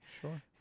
Sure